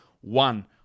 one